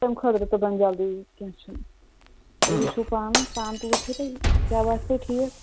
تَمہِ خٲطرٕ تہِ بَنہِ جلدی کیٚنہہ چھُنہٕ تُہۍ وٕچھِو پانہٕ پانہٕ تہِ وٕچھِو تُہۍ کیٛاہ باسہِ تۄہہِ ٹھیٖک